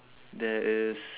there is